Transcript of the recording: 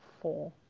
four